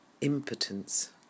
impotence